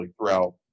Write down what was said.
throughout